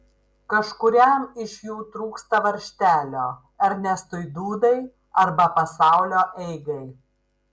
kažkuriam iš jų trūksta varžtelio ernestui dūdai arba pasaulio eigai